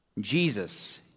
Jesus